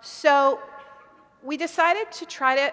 so we decided to try to